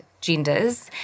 genders